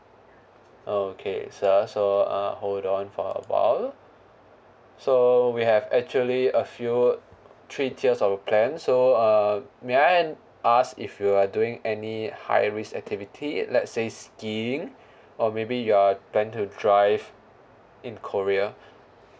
okay sir so uh hold on for a while so we have actually a few three tiers of a plan so uh may I ask if you are doing any high risk activity let's say skiing or maybe you're planning to drive in korea